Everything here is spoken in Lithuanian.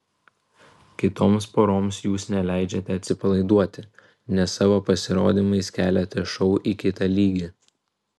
kitoms poroms jūs neleidžiate atsipalaiduoti nes savo pasirodymais keliate šou į kitą lygį